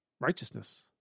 Righteousness